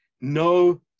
No